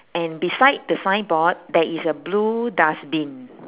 and beside the signboard there is a blue dustbin